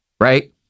right